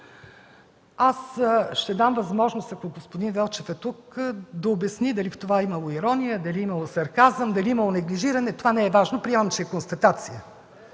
Аз ще дам възможност, ако господин Велчев е тук, да обясни дали в това е имало ирония, дали е имало сарказъм, дали е имало неглижиране – това не е важно, приемам, че е констатация.